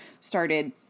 started